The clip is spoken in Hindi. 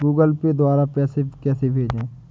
गूगल पे द्वारा पैसे कैसे भेजें?